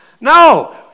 No